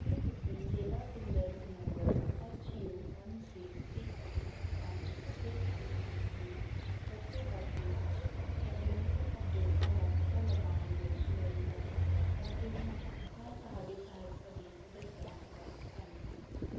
ਕੀ ਤੁਸੀਂ ਸੇਵਾ ਸੰਦਰਭ number H U M C ਇੱਕ ਇੱਕ ਪੰਜ ਛੇ ਛੇ ਅੱਠ ਦੀ ਵਰਤੋਂ ਕਰਕੇ ਨਵੀਨਤਮ ਅਪਡੇਟਾਂ ਦਾ ਪਤਾ ਲਗਾਉਣ ਵਿੱਚ ਮੇਰੀ ਮਦਦ ਕਰ ਸਕਦੇ ਹੋ ਮੈਂ ਤੁਹਾਡੀ ਸਹਾਇਤਾ ਦੀ ਕਦਰ ਕਰਾਂਗਾ ਧੰਨਵਾਦ